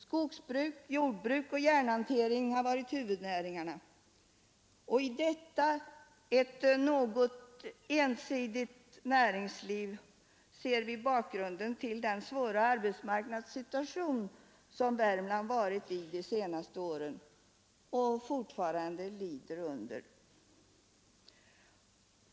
Skogsbruk, jordbruk och järnhantering har varit huvudnäringarna och i detta, ett något ensidigt näringsliv, ser vi bakgrunden till den svåra arbetsmarknadssituation som Värmland varit i de senaste åren och fortfarande lider under.